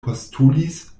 postulis